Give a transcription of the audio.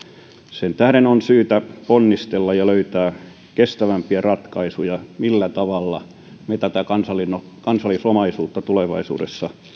sen tähden on syytä ponnistella ja löytää kestävämpiä ratkaisuja millä tavalla me tätä kansallisomaisuutta tulevaisuudessa